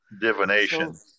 divination